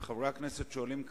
וחברי הכנסת שואלים.